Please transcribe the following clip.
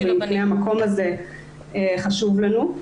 ואם המקום הזה חשוב לנו.